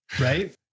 Right